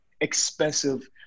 expensive